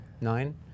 nine